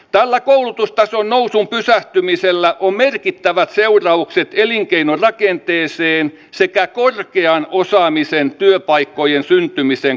tällä koulutustason nousun pysähtymisellä on merkittävät seuraukset elinkeinorakenteeseen sekä korkean osaamisen työpaikkojen syntymisen kannalta